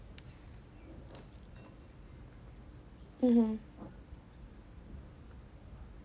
mmhmm